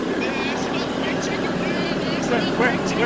this it doesn't meet jacob dance wait.